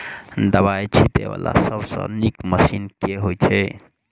दवाई छीटै वला सबसँ नीक मशीन केँ होइ छै?